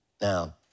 Now